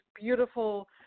beautiful